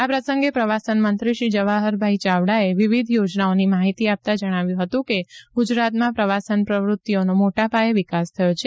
આ પ્રસંગે પ્રવાસન મંત્રી શ્રી જવાહર ચાવડાએ વિવિધ યોજનાઓની માહિતી આપતા જણાવ્યું હતું કે ગુજરાતમાં પ્રવાસન પ્રવૃત્તિઓનો મોટાપાયે વિકાસ થયો છે